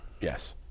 Yes